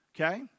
okay